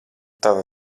tavi